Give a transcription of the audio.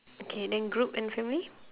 okay then group and family